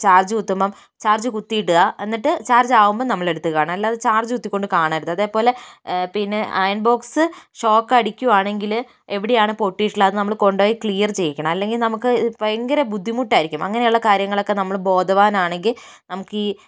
charge കുത്തുമ്പോൾ charge കുത്തി ഇടുക എന്നിട്ട് ചാർജ് ആകുമ്പോൾ നമ്മള് എടുത്ത് കാണുക അല്ലാണ്ട് ചാർജ് കുത്തികൊണ്ട് കാണരുത് അതേപോലെ പിന്നെ അയൺ ബോക്സ് ഷോക്ക് അടിക്കുവാണെങ്കിൽ എവിടെയാണ് പൊട്ടിയിട്ടുള്ളത് അത് നമ്മള് കൊണ്ടുപോയി ക്ലിയർ ചെയ്യിപ്പിക്കണം അല്ലെങ്കിൽ നമുക്ക് ഭയങ്കര ബുദ്ധിമുട്ടായിരിക്കും അങ്ങനെയുള്ള കാര്യങ്ങളൊക്കെ നമ്മൾ ബോധവാനാണെങ്കിൽ നമുക്ക് ഈ